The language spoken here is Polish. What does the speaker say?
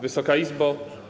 Wysoka Izbo!